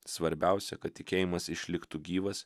svarbiausia kad tikėjimas išliktų gyvas